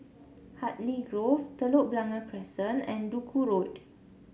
Hartley Grove Telok Blangah Crescent and Duku Road